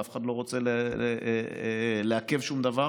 ואף אחד לא רוצה לעכב שום דבר.